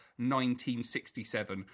1967